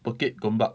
bukit gombak